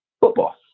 football